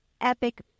epic